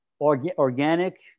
organic